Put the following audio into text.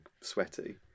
sweaty